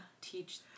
teach